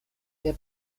der